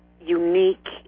unique